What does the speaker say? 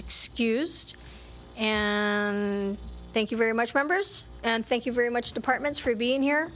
excused thank you very much members and thank you very much departments for being here